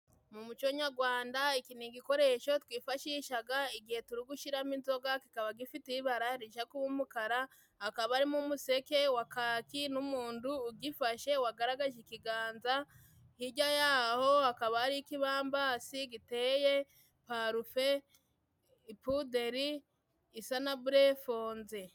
Mu muco nyarwanda iki ni igikoresho twifashishaga igihe turi gushyiramo inzoga. Kikaba gifite ibara rijya kuba umukara, akaba harimo umuseke wa kaki n'umundu ugifashe wagaragaje ikiganza. Hirya yaho hakaba hariho ikibambasi giteye parufe, puderi isa na bure fonze.